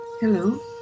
Hello